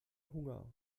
hunger